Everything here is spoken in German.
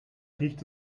riecht